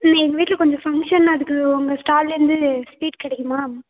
அண்ணா எங்கள் வீட்டில் கொஞ்சம் ஃபங்க்ஷன் அதுக்கு உங்கள் ஸ்டால்லேருந்து ஸ்வீட் கிடைக்குமா